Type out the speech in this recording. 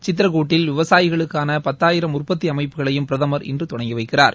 சித்ரகோட்டில் விவசாயிகளுக்கான பத்தாயிரம் உற்பத்தி அமைப்புகளையும் பிரதம் இன்று தொடங்கி வைக்கிறார்